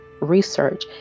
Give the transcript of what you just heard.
research